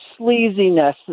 sleaziness